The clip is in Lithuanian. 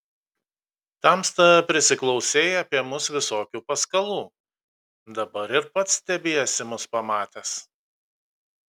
tamsta prisiklausei apie mus visokių paskalų dabar ir pats stebiesi mus pamatęs